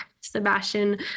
Sebastian